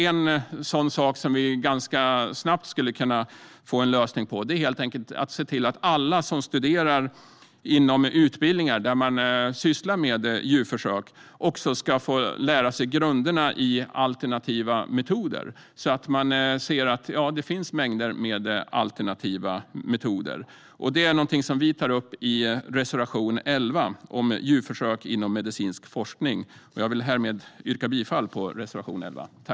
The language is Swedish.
En sak som vi ganska snabbt skulle kunna få en lösning på är att se till att alla som studerar vid utbildningar där man sysslar med djurförsök också ska få lära sig grunderna i alternativa metoder, så att de ser de mängder av alternativa metoder som finns. Detta är något som vi tar upp i reservation 11 om djurförsök inom medicinsk forskning. Jag vill härmed yrka bifall till reservation 11.